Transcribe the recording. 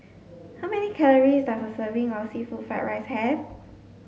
how many calories does a serving of seafood fried rice have